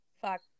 Fuck